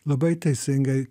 labai teisingai